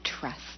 trust